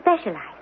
specialize